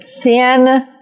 thin